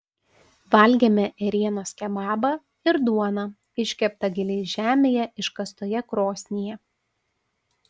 valgėme ėrienos kebabą ir duoną iškeptą giliai žemėje iškastoje krosnyje